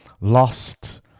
lost